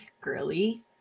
girly